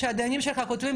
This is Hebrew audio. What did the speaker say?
שהדיינים שלך כותבים,